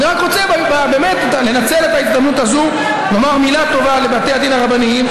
אני רק רוצה לנצל את ההזדמנות הזו לומר מילה טובה לבתי הדין הרבניים,